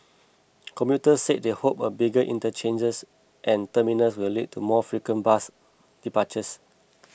commuters said they hoped the bigger interchanges and terminals will lead to more frequent bus departures